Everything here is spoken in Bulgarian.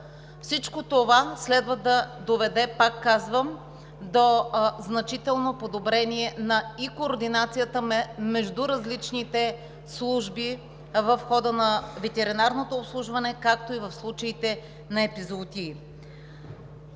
Всичко това следва да доведе, пак казвам, до значително подобрение и координация между различните служби в хода на ветеринарното обслужване, както и в случаите на епизоотии.